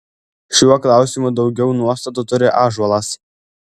šiuo klausimu daugiau nuostatų turi ąžuolas